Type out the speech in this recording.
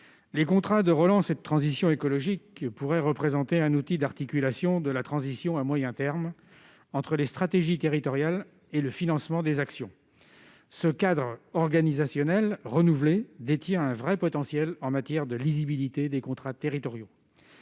Les contrats de relance et de transition écologique pourraient à moyen terme représenter un outil d'articulation de la transition, entre les stratégies territoriales et le financement des actions. Ce cadre organisationnel renouvelé détient un réel potentiel en matière de lisibilité des contrats territoriaux.